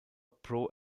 pro